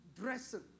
dressing